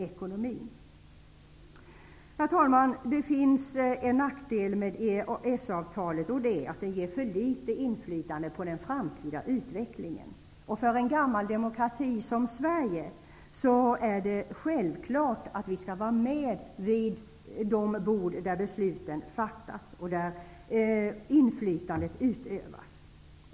Det finns en nackdel med EES avtalet, och det är att avtalet ger för litet inflytande över den framtida utvecklingen. För en gammal demokrati som Sverige är det självklart att vi skall vara med vid de bord där besluten fattas och där inflytandet utövas.